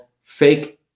fake